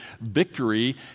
victory